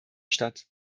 statt